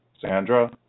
Sandra